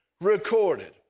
recorded